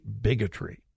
bigotry